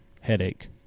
headache